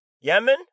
Yemen